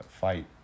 fight